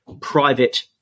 private